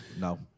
no